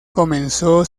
comenzó